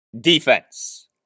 defense